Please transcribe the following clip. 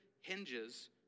hinges